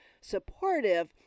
supportive